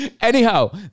Anyhow